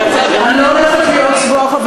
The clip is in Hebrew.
אני לא הולכת להיות צבועה,